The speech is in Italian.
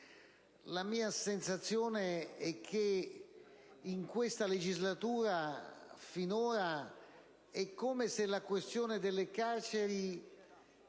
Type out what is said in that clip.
la mia sensazione è che in questa legislatura finora la questione delle carceri